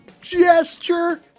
Gesture